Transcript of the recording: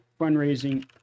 fundraising